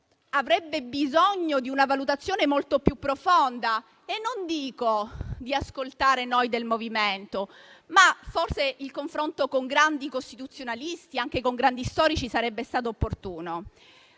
avrebbe bisogno di una valutazione molto più profonda. Non invito ad ascoltare noi del MoVimento 5 Stelle, ma forse il confronto con grandi costituzionalisti, anche con grandi storici, sarebbe stato opportuno.